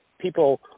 people